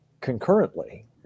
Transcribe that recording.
concurrently